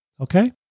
okay